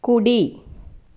కుడి